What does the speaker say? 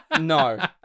No